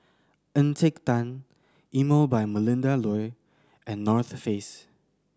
Encik Tan Emel by Melinda Looi and North Face